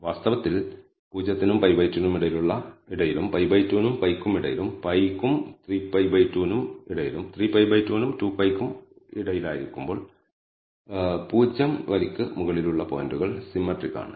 വാസ്തവത്തിൽ 0 നും π2 നും ഇടയിലും π2 നും π യ്ക്കും ഇടയിലും π നും 3π2 നും ഇടയിലും 3π2 നും 2π യ്ക്കും ഇടയിലായിരിക്കുമ്പോൾ 0 വരിയ്ക്ക് മുകളിലുള്ള പോയിന്റുകൾ സിമെട്രിക് ആണ്